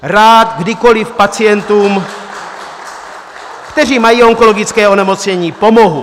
Rád kdykoli pacientům, kteří mají onkologické onemocnění, pomohu.